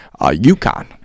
UConn